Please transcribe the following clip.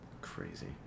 Crazy